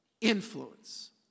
influence